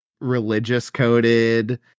religious-coded